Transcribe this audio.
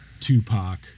Tupac